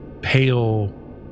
pale